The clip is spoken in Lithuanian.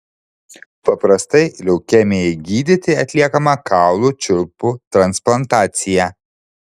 paprastai leukemijai gydyti atliekama kaulų čiulpų transplantacija